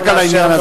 רק על העניין הזה.